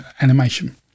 animation